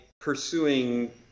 pursuing